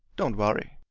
don't worry.